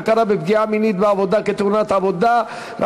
הכרה בפגיעה מינית בעבודה כתאונת עבודה) הופכת להצעה לסדר-היום.